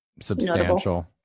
substantial